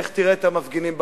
לך תראה את המפגינים בחוץ.